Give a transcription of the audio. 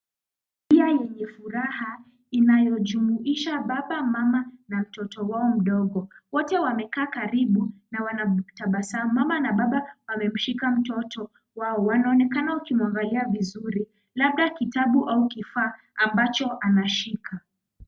Familia yenye furaha inayojumuisha mama, baba na mtoto wao mdogo wote wamekaa karibu na wanatabasamu, mama na baba wamemshika mtoto wao wanaonekana wakimwangalia vizuri, labda kitabu au kifaa ambacho anashika.